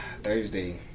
Thursday